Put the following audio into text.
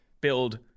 build